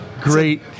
great